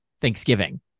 Thanksgiving